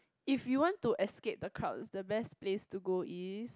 if you want to escape the crowds the best place to go is